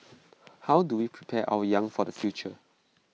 how do we prepare our young for the future